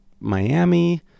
Miami